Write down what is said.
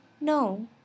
No